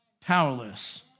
powerless